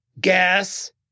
Gas